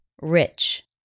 rich